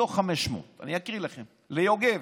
מתוך 500. אני אקריא לכם: ליוגב,